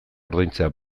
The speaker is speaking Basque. ordaintzea